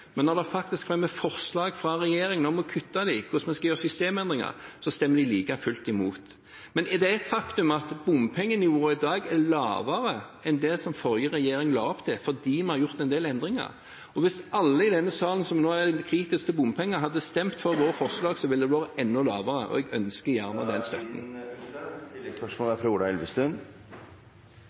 men når det faktisk fremmes forslag fra regjeringen om å kutte dem – om hvordan man skal gjøre systemendringer – stemmer man like fullt imot. Men det er et faktum at bompengenivået i dag er lavere enn det den forrige regjeringen la opp til fordi vi har gjort en del endringer. Hvis alle i denne sal som nå er kritiske til bompenger, hadde stemt for vårt forslag, hadde det vært enda lavere. Jeg ønsker Ola Elvestuen – til oppfølgingsspørsmål. Jeg synes det er